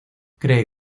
cree